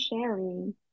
sharing